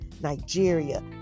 Nigeria